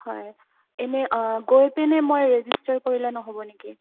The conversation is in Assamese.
হয় এনে গৈ পিনে মই ৰেজিষ্টাৰ কৰিলে নহ'ব নেকি